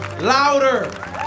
louder